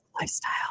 Lifestyle